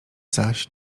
zaś